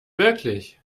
wirklich